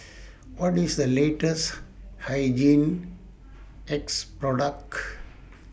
What IS The latest Hygin X Product